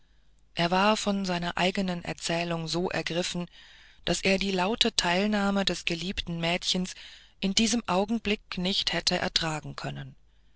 er war von seiner eigenen erzählung so ergriffen daß er die laute teilnahme des geliebten mädchens in diesem augenblick nicht hätte ertragen können